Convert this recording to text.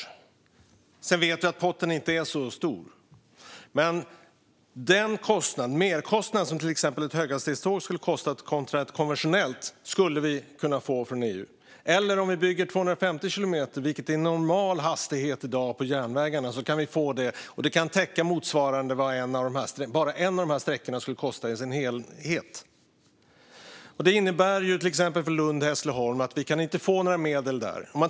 Potten är visserligen inte så stor, men merkostnaden för till exempel ett höghastighetståg kontra ett konventionellt tåg skulle vi kunna få från EU. Om man bygger för 250 kilometer i timmen, vilket är normal hastighet i dag på järnvägarna, kan man få motsvarande vad en av de här sträckorna skulle kosta i sin helhet. Detta innebär för till exempel Lund-Hässleholm att Sverige inte får några medel.